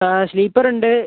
ആ സ്ലീപ്പർ ഉണ്ട്